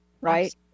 right